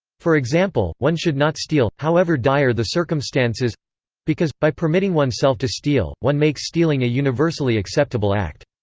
for example, one should not steal, however dire the circumstances because, by permitting oneself to steal, one makes stealing a universally acceptable act.